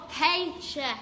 paycheck